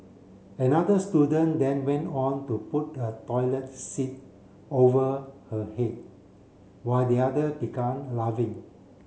another student then went on to put a toilet seat over her head while the other began laughing